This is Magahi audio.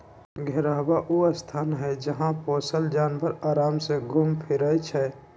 घेरहबा ऊ स्थान हई जहा पोशल जानवर अराम से घुम फिरइ छइ